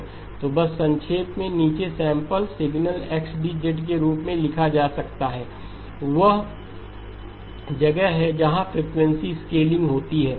तो बस संक्षेप में नीचे सैंपल सिग्नल XD के रूप में लिखा जा सकता है XDX1Z1M 1M k0M 1 X Z1MWkM वह जगह है जहाँ फ्रीक्वेंसी स्केलिंग होती है